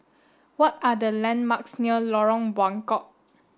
what are the landmarks near Lorong Buangkok